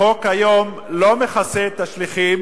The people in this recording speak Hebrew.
החוק היום לא מכסה את השליחים